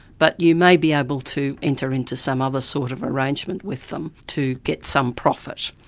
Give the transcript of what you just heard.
but you may be able to enter into some other sort of arrangement with them to get some profit.